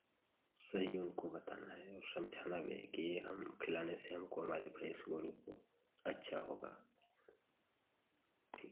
सही उनको बताना है और समझाना भी है कि ये हम खिलाने से हमको हमारे भैंस गोरू को अच्छा होगा ठीक